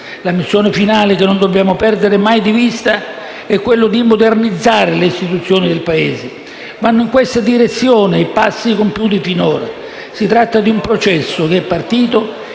La *mission* finale - che non dobbiamo perdere mai di vista - è di modernizzare le istituzioni del Paese. Vanno in questa direzione i passi compiuti finora. Si tratta di un processo che è partito